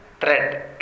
thread